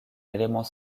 élément